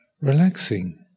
relaxing